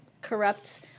corrupt